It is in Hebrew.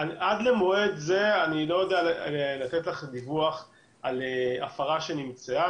עד למועד זה אני לא יודע לתת לך דיווח על הפרה שנמצאה.